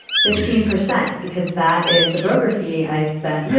fifteen percent because that is the broker fee i spent yeah